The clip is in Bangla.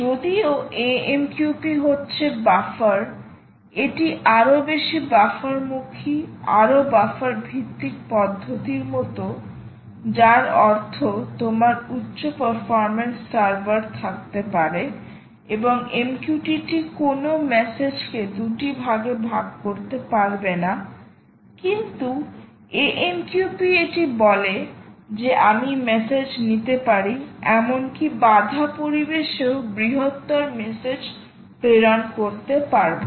যদিও AMQP হচ্ছে বাফার এটি আরও বেশি বাফারমুখী আরও বাফার ভিত্তিক পদ্ধতির মতো যার অর্থ তোমার উচ্চ পারফরম্যান্স সার্ভার থাকতে পারে এবং MQTT কোনও মেসেজ কে দুটি ভাগে ভাগ করতে পারবে না কিন্তু AMQP এটি বলে যে আমি মেসেজ নিতে পারি এমনকি বাধা পরিবেশেও বৃহত্তর মেসেজ প্রেরণ করতে পারব